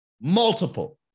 Multiple